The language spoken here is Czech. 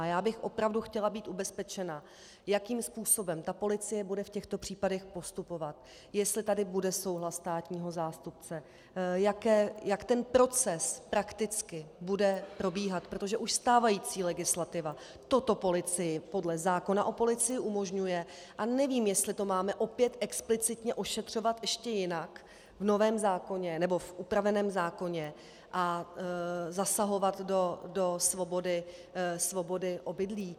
Já bych opravdu chtěla být ubezpečena, jakým způsobem ta policie bude v těchto případech postupovat, jestli tady bude souhlas státního zástupce, jak ten proces prakticky bude probíhat, protože už stávající legislativa toto policii podle zákona o policii umožňuje a nevím, jestli to máme opět explicitně ošetřovat ještě jinak v novém zákoně, nebo v upraveném zákoně, a zasahovat do svobody obydlí.